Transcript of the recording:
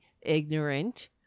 ignorant